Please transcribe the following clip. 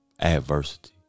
Adversity